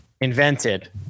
invented